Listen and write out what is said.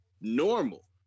normal